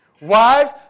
Wives